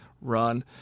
run